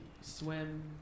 swim